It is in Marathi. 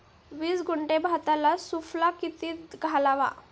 वीस गुंठे भाताला सुफला किती घालावा?